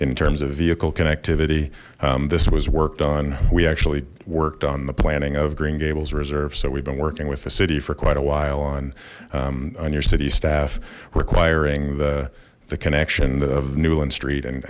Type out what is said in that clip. in terms of vehicle connectivity this was worked on we actually worked on the planning of green gables reserve so we've been working with the city for quite a while on on your city staff requiring the the connection of newland street